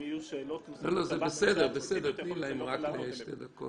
הם לדיווחים הבלתי רגילים.